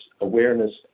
awareness